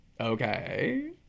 Okay